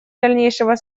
дальнейшего